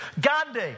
Gandhi